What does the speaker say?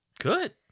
Good